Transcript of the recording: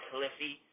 Cliffy